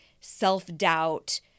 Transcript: self-doubt